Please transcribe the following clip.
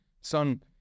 Son